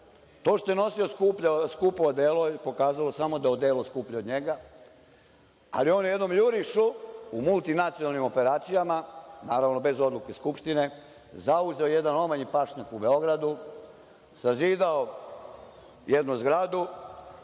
To što je nosio skupo odelo pokazalo je samo da je odelo skuplje od njega, ali on je u jednom jurišu u multinacionalnim operacijama, naravno bez odluke Skupštine zauzeo jedan omanji pašnjak u Beogradu, sazidao jednu zgradi